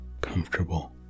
comfortable